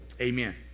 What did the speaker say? amen